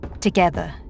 Together